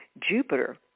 Jupiter